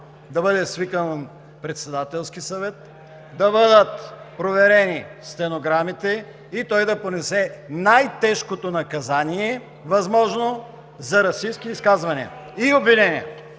да бъде свикан Председателски съвет, да бъдат проверени стенограмите и той да понесе възможно най-тежкото наказание за расистки изказвания и обвинения.